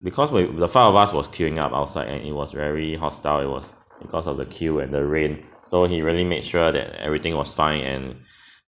because when the five of us was queueing up outside and it was very hostile it was because of the queue and the rain so he really made sure that everything was fine and